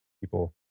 people